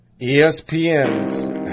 ESPN's